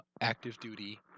active-duty